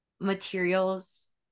materials